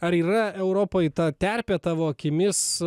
ar yra europoj ta terpė tavo akimis